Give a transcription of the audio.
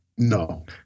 No